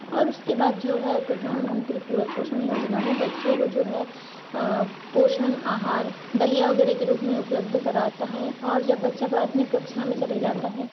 और उसके बाद जो है प्रधान मंत्री पूरक पोषण योजना में बच्चों को जो है पोषण आहार दलिया वगैरह के रूप में उपलब्ध कराता है और जब बच्चा प्राथमिक कक्षा में चले जाता है